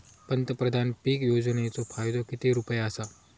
पंतप्रधान पीक योजनेचो फायदो किती रुपये आसा?